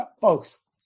Folks